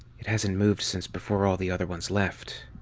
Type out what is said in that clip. it hasn't moved since before all the other ones left.